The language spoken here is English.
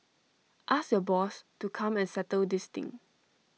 ask your boss to come and settle this thing